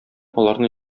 аларны